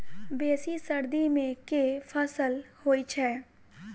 बेसी सर्दी मे केँ फसल होइ छै?